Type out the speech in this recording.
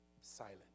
silent